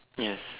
yes